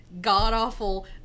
god-awful